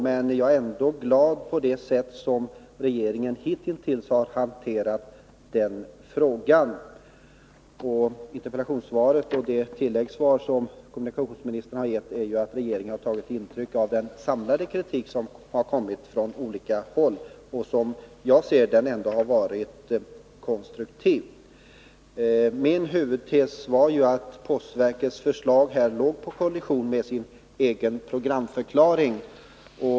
Men jag är glad över det sätt på vilket regeringen hanterat frågan. Interpellationssvaret och det tilläggssvar som kommunikationsministern gett visar att regeringen har tagit intryck av den samlade kritik 17 som kommit från olika håll. Den har, som jag ser den, ändå varit konstruktiv. Min huvudtes var att postverket låg på kollisionskurs med verkets egen programförklaring.